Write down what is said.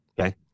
Okay